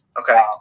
Okay